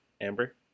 Amber